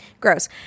Gross